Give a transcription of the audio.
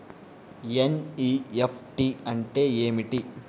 NEFT అంటే ఏమిటీ?